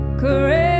Correct